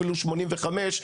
אפילו 85,